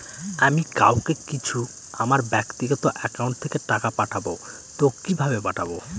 আমি কাউকে কিছু আমার ব্যাক্তিগত একাউন্ট থেকে টাকা পাঠাবো তো কিভাবে পাঠাবো?